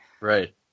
right